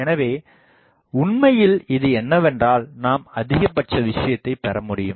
எனவே உண்மையில் இது என்னவென்றால் நான் அதிகபட்ச விஷயத்தைப் பெற முடியும்